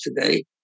today